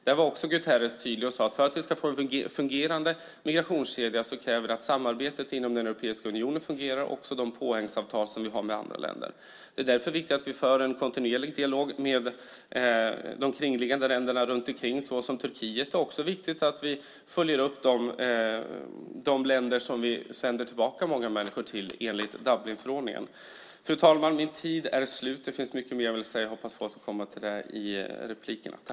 Där var också Guterres tydlig och sade att för att vi ska få en fungerande migrationskedja kräver det att samarbetet inom Europeiska unionen fungerar och också de påhängsavtal som vi har med andra länder. Det är därför viktigt att vi för en kontinuerlig dialog med kringliggande länder, såsom Turkiet. Det är också viktigt att vi följer upp de länder som vi sänder tillbaka många människor till enligt Dublinförordningen. Fru talman! Min talartid är slut. Det finns mycket mer som jag vill säga och som jag hoppas att få återkomma till i replikerna.